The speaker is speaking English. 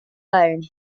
loan